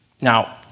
Now